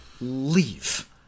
leave